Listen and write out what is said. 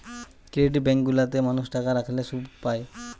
credit bank গুলা তে মানুষ টাকা রাখলে শুধ পায়